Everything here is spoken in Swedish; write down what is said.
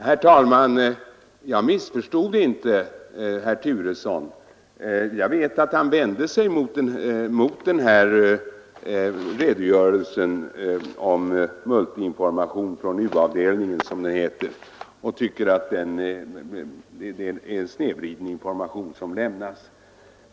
Herr talman! Jag missförstod inte herr Turesson. Jag vet att han har vänt sig mot den här redogörelsen om multiinformation från u-avdelningen som den heter och tycker att det är en snedvriden information som lämnats.